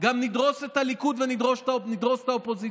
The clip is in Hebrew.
גם נדרוס את הליכוד ונדרוס את האופוזיציה.